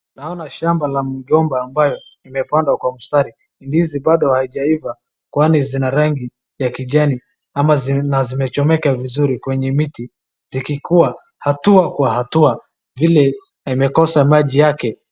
Naona shamba la migomba ambayo imepandwa kwa mstari. Ndizi bado haijaiva kwani zina rangi ya kijani na zimechomeka vizuri kwenye miti zikikua hatua kwa hatua vile imekosa maji yake.